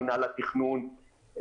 מינהל התכנון,